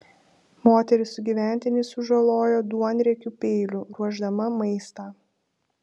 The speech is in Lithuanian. moteris sugyventinį sužalojo duonriekiu peiliu ruošdama maistą